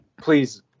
Please